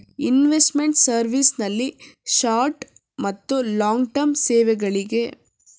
investment service ನಲ್ಲಿ short ಮತ್ತು long term ಸೇವೆಗಳಿಗೆ